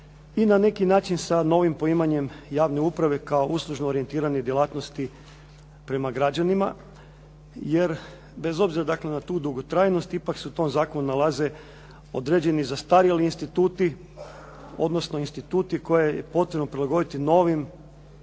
i na neki način sa novim poimanjem javne uprave kao uslužno orijentirane djelatnosti prema građanima. Jer, bez obzira dakle na tu dugotrajnost ipak se u tom zakonu nalaze određeni zastarjeli instituti odnosno instituti koje je potrebno prilagoditi novim